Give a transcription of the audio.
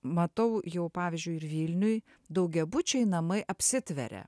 matau jau pavyzdžiui ir vilniuj daugiabučiai namai apsitveria